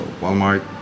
Walmart